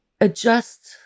adjust